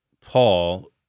Paul